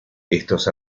estos